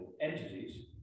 entities